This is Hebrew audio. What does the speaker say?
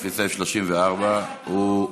איזה סעיף נתת לאורן חזן, 34. לפי סעיף 34, הוא,